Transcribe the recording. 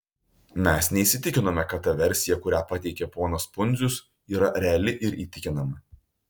mes neįsitikinome kad ta versija kurią pateikė ponas pundzius yra reali ir įtikinama